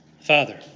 Father